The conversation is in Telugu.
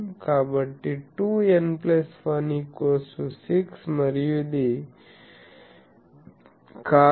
కాబట్టి 2n 1 6 మరియు ఇది cos2θ